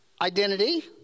identity